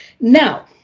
Now